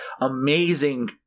amazing